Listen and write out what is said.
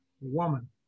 Woman